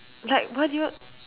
like where do you